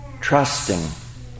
Trusting